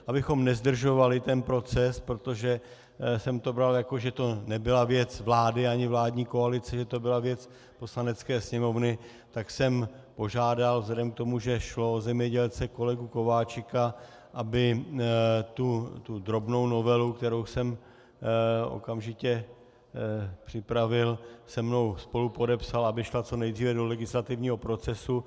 Abychom nezdržovali ten proces, protože jsem to bral, jako že to nebyla věc vlády ani vládní koalice, že to byla věc Poslanecké sněmovny, tak jsem požádal vzhledem k tomu, že šlo o zemědělce, kolegu Kováčika, aby tu drobnou novelu, kterou jsem okamžitě připravil, se mnou spolupodepsal, aby šla co nejdříve do legislativního procesu.